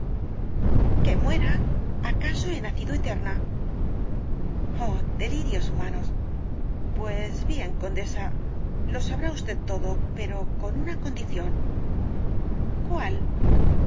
que muera acaso he nacido eterna oh delirios humanos pues bien condesa lo sabrá usted todo pero con una condición cuál